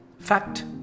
fact